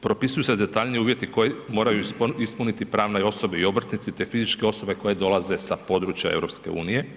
Propisuju se detaljniji uvjeti koje moraju ispuniti pravne osobe i obrtnici te fizičke osobe koje dolaze sa područja EU.